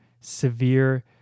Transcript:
severe